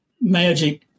magic